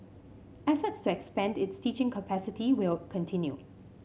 efforts to expand its teaching capacity will continue